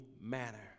manner